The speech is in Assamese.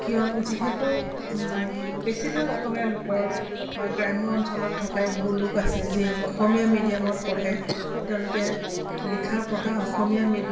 কিয় যিহেতু বেছিভাগ অসমীয়া লোকৰ বা গ্ৰাম্য অঞ্চলত থকাই বহু লোক আছে যিয়ে অসমীয়া মিডিয়ামত পঢ়ে তেওঁলোকে লিখা পঢ়া অসমীয়া মি